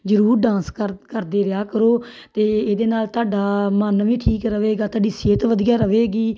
ਜ਼ਰੂਰ ਡਾਂਸ ਕਰ ਕਰਦੇ ਰਿਹਾ ਕਰੋ ਅਤੇ ਇਹਦੇ ਨਾਲ ਤੁਹਾਡਾ ਮਨ ਵੀ ਠੀਕ ਰਹੇਗਾ ਤੁਹਾਡੀ ਸਿਹਤ ਵਧੀਆ ਰਹੇਗੀ